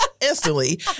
instantly